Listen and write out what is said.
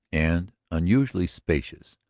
and unusually spacious,